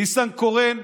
ניסנקורן,